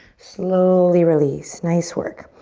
slowly release, nice work.